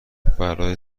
برای